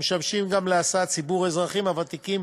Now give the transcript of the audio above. המשמשים גם להסעת ציבור האזרחים הוותיקים